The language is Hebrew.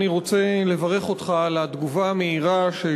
אני רוצה לברך אותך על התגובה המהירה של